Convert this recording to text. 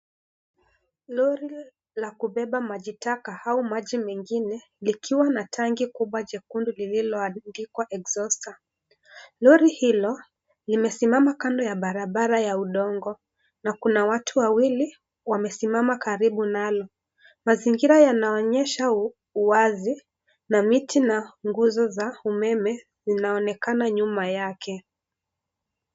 Roli la kubeba maji taka, au maji mengine, lililo na tangi kubwa jekundu lililoandikwa (cs)exhauster(cs), roli hilo, limesimama kando ya barabara ya udongo, na kuna watu wawili, wamesimama karibu nalo, mazingira yanaonyesha uwazi, na miti, na nguzo za, umeme, inaonekana nyuma yake.